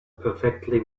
perfectly